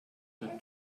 der